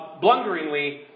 Blunderingly